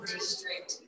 District